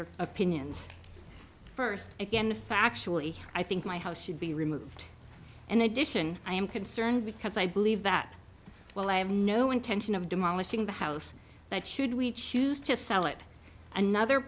your opinions first again factually i think my house should be removed and addition i am concerned because i believe that while i have no intention of demolishing the house that should we choose to sell it another